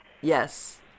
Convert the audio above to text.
Yes